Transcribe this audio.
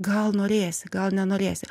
gal norėsi gal nenorėsi